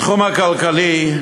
בתחום הכלכלי,